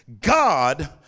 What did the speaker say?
God